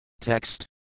Text